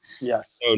Yes